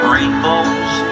Rainbows